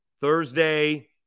Thursday